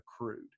accrued